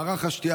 מערך השתייה,